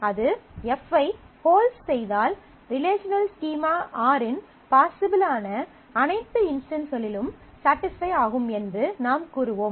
அது F ஐ holds செய்தால் ரிலேஷனல் ஸ்கீமா R இன் பாஸ்ஸிப்ளான அனைத்து இன்ஸ்டன்ஸ்களிலும் ஸடிஸ்ஃபை ஆகும் என்று நாம் கூறுவோம்